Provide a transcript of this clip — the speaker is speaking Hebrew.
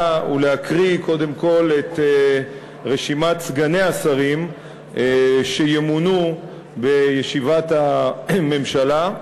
ולהקריא קודם כול את רשימת סגני השרים שימונו בישיבת הממשלה,